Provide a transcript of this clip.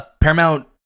paramount